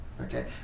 okay